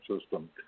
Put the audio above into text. system